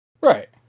Right